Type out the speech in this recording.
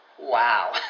Wow